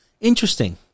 Interesting